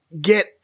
get